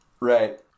Right